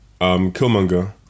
Killmonger